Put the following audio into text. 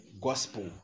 gospel